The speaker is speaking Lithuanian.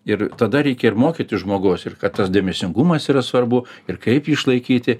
ir tada reikia ir mokyti žmogaus ir kad tas dėmesingumas yra svarbu ir kaip jį išlaikyti